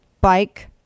bike